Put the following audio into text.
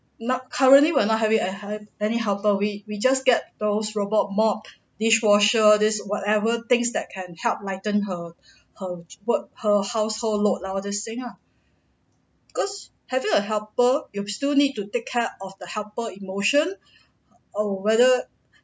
not currently we're not have a any helper we we just get those robot mop dishwasher all this whatever things that can help lighten her her work her household load lah all this thing ah cause having a helper you still need to take care of the helper emotion or whether